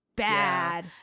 Bad